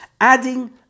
Adding